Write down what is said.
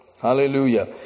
Hallelujah